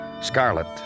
scarlet